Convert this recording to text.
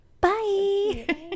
Bye